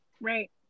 Right